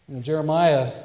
Jeremiah